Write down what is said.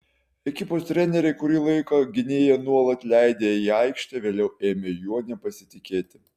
ekipos treneriai kurį laiką gynėją nuolat leidę į aikštę vėliau ėmė juo nepasitikėti